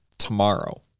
tomorrow